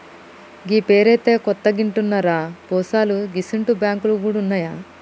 గీ పేరైతే కొత్తగింటన్నరా పోశాలూ గిసుంటి బాంకులు గూడ ఉన్నాయా